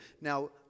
Now